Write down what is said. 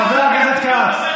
חבר הכנסת כץ,